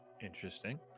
interesting